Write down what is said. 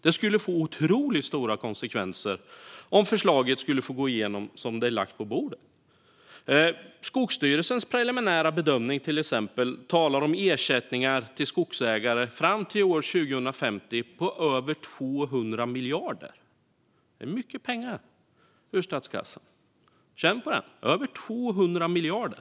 Det skulle få otroligt stora konsekvenser om förslaget skulle gå igenom så som det är lagt på bordet. Till exempel är Skogsstyrelsens preliminära bedömning att det är tal om ersättningar till skogsägare fram till år 2050 på över 200 miljarder. Det är mycket pengar ur statskassan. Känn på den - över 200 miljarder!